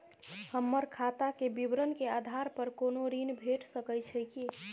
हमर खाता के विवरण के आधार प कोनो ऋण भेट सकै छै की?